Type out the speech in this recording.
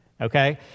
okay